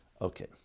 Okay